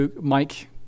Mike